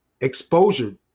exposure